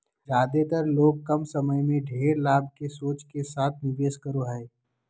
ज्यादेतर लोग कम समय में ढेर लाभ के सोच के साथ निवेश करो हइ